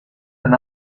han